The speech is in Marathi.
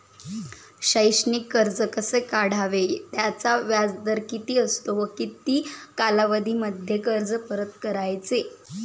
शैक्षणिक कर्ज कसे काढावे? त्याचा व्याजदर किती असतो व किती कालावधीमध्ये कर्ज परत करायचे?